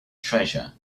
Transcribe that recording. treasure